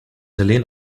helene